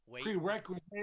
prerequisite